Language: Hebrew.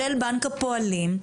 של בנק הפועלים,